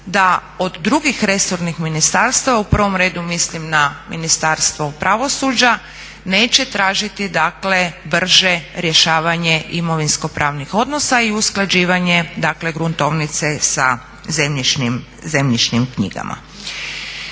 da od drugih resornih ministarstava, u prvom redu mislim na Ministarstvo pravosuđa, neće tražiti dakle brže rješavanje imovinsko-pravnih odnosa i usklađivanje dakle gruntovnice sa zemljišnim knjigama.